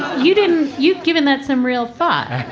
you didn't. you've given that some real thought.